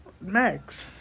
Max